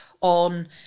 on